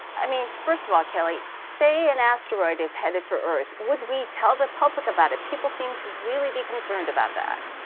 i mean first of all kelly, say an asteroid is headed for earth, would we tell the public about it? people seem to really be concerned about that.